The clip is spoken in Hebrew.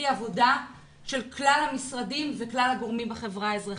עבודה של כלל המשרדים וכלל הגורמים בחברה האזרחית.